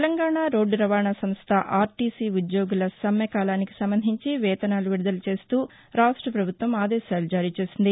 తెలంగాణ రోడ్దు రవాణా సంస్థ ఆర్టీసీ ఉద్యోగుల సమ్మె కాలానికి సంబంధించి వేతనాలు విడుదల చేస్తూ రాష్ట పభుత్వం ఆదేశాలు జారీ చేసింది